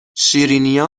شیرینیا